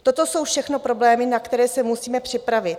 Toto jsou všechno problémy, na které se musíme připravit.